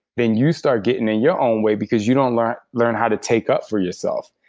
then you start getting in your own way, because you don't learn learn how to take up for yourself.